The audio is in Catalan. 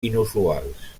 inusuals